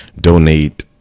donate